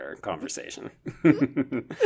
conversation